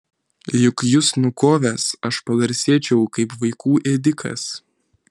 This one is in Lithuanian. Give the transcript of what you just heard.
juk jus nukovęs aš pagarsėčiau kaip vaikų ėdikas